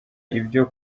ibyo